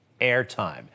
airtime